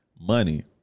money